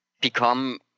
become